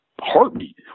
heartbeat